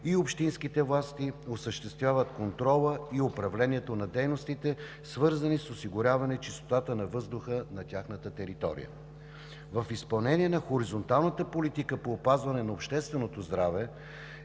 и общинските власти осъществяват контрола и управлението на дейностите, свързани с осигуряване чистотата на въздуха на тяхната територия. В изпълнение на хоризонталната политика по опазване на общественото здраве